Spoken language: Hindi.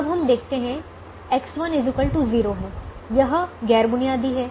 अब हम देखते हैं X1 0 हैं यह गैर बुनियादी है